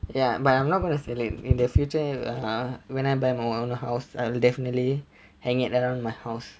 ya but I'm not gonna sell it in the future and err when I buy my own house I'll definitely hang it around my house